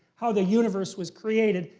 how the universe was created,